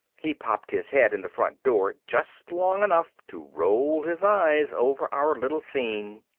he popped his head in the front door just long enough to roll his eyes over our little scene.